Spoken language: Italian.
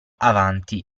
avanti